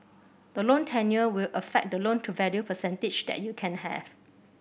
the loan tenure will affect the loan to value percentage that you can have